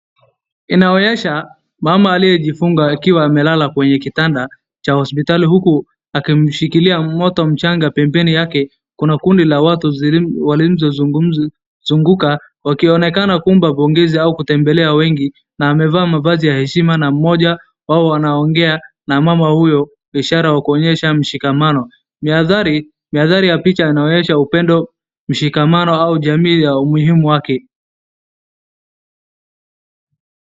Inaonyesha mama aliyejifunga akiwa amelala kwenye kitanda cha hospitali huku akimshikilia mtoto mchanga pembeni yake kuna kundi la watu walioyomzunguka wakionekana kumpa pongezi au kutembelea wengi na amevaa mavazi ya heshima na mmoja wao anaongea na mama huyo ishara ya kuonyesha mshikamano. Miathari ya picha inaonyesha upendo, mishikamano au jamii ya umuhimu wake.